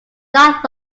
not